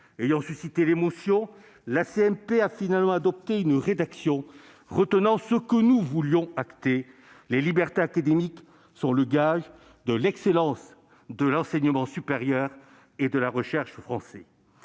ayant suscité l'émotion, la CMP a finalement adopté une rédaction retenant ce que nous voulions acter : les libertés académiques sont le gage de l'excellence de l'enseignement supérieur et de la recherche français.